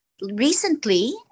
recently